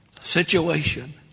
situation